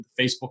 Facebook